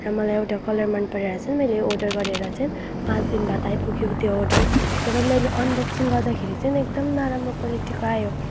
र मलाई एउटा कलर मनपराएर चाहिँ मैले अर्डर गरेर चाहिँ पाँच दिन बाद आइपुगेको त्यो अर्डर जब मैले अनबक्सिङ गर्दाखेरि चाहिँ एकदम नराम्रो क्वालिटीको आयो